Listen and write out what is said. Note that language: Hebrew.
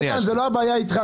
איתן, זאת לא הבעיה אתך.